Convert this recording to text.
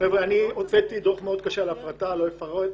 אני הוצאתי דוח מפורט שלא אפרט אותו.